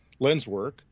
Lenswork